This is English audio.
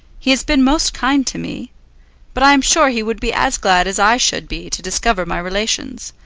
he has been most kind to me but i am sure he would be as glad as i should be to discover my relations.